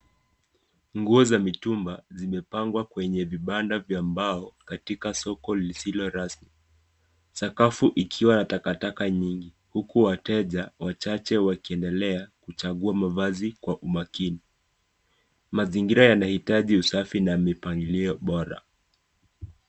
Nguo za mitumba zimepangwa kwenye vibanda vya mbao katika soko lisilo rasmi, sakafu ikiwa na takataka nyingi huku wateja wachache wakiendelea kuchagua mavazi kwa umakini, mazingira yanahitaji usafi na mipangilio bora.